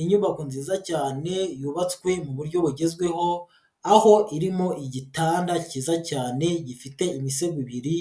Inyubako nziza cyane yubatswe mu buryo bugezweho, aho irimo igitanda kiza cyane gifite imisozigo ibiri,